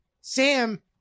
Sam